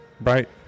Right